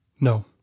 No